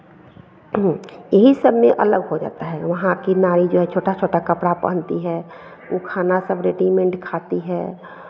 यही सब में अलग हो जाता है वहाँ की नारी जो है छोटा छोटा कपड़ा पहनती है वो खाना सब रेडीमेंट खाती हैं